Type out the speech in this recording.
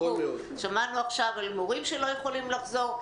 שמענו עכשיו על מורים שלא יכולים לחזור.